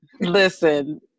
Listen